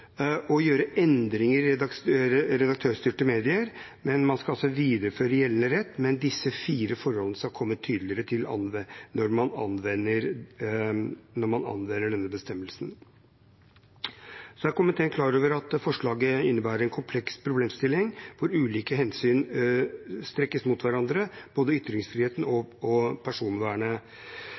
å gjøre endringer i redaktørstyrte medier. Man skal videreføre gjeldende rett, men disse fire forholdene skal komme tydeligere til anvendelse ved denne bestemmelsen. Komiteen er klar over at forslagene innebærer en kompleks problemstilling hvor ulike hensyn strekkes mot hverandre – både ytringsfriheten og personvernet.